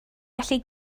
gallu